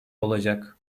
olacak